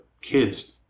kids